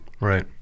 Right